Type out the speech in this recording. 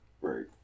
Right